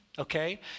Okay